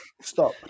Stop